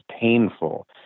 painful